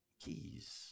Keys